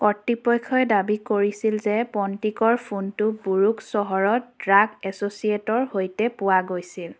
কৰ্তৃপক্ষই দাবী কৰিছিল যে পণ্টিকৰ ফোনটো বুৰুক চহৰত ড্ৰাগ এছ'চিয়েট'ৰ সৈতে পোৱা গৈছিল